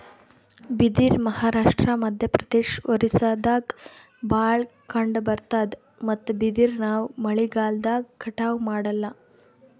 ಬಿದಿರ್ ಮಹಾರಾಷ್ಟ್ರ, ಮಧ್ಯಪ್ರದೇಶ್, ಒರಿಸ್ಸಾದಾಗ್ ಭಾಳ್ ಕಂಡಬರ್ತಾದ್ ಮತ್ತ್ ಬಿದಿರ್ ನಾವ್ ಮಳಿಗಾಲ್ದಾಗ್ ಕಟಾವು ಮಾಡಲ್ಲ